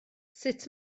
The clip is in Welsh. sut